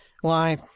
Why